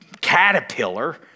caterpillar